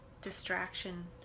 distraction